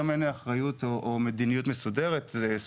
אין היום אחריות או מדיניות מסודרת בנושא.